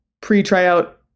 pre-tryout